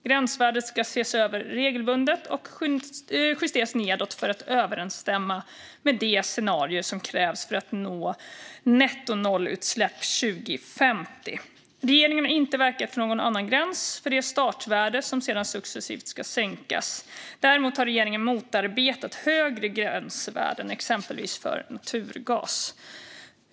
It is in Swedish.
Gränsvärdet ska ses över regelbundet och justeras nedåt för att överensstämma med de scenarier som krävs för att nå nettonollutsläpp 2050. Regeringen har inte verkat för någon annan gräns för det startvärde som sedan successivt ska sänkas. Däremot har regeringen motarbetat högre gränsvärden, exempelvis för naturgas.